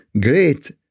great